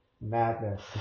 madness